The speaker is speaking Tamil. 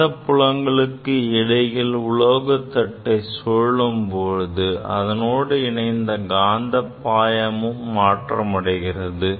காந்தப் புலங்களுக்கு இடையில் உலோக தட்டு சுழலும் போது அதனோடு இணைந்துள்ள காந்த பாயமும் மாற்றமடைகிறது